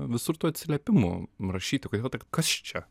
visur tų atsiliepimų rašyti kodėl taip kas čia